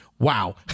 Wow